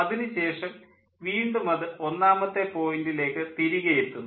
അതിനു ശേഷം വീണ്ടും അത് ഒന്നാമത്തെ പോയിൻ്റിലേക്ക് തിരികെയെത്തുന്നു